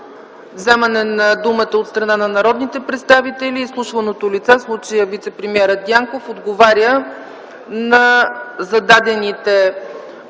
вземане на думата от страна на народните представители, изслушваното лице – в случая вицепремиерът Дянков, отговаря на зададените